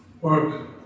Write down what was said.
work